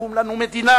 התקום לנו מדינה